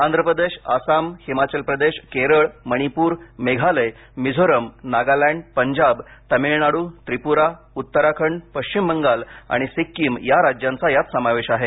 आंध्र प्रदेश आसाम हिमाचल प्रदेश केरळ मणिपूर मेघालय मिझोरम नागालँड पंजाब तामिळनाडू त्रिपुरा उत्तराखंड पश्चिम बंगाल आणि सिक्कीम या राज्यांचा यात समावेश आहे